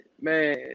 man